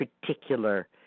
particular